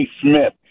Smith